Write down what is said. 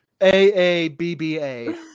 A-A-B-B-A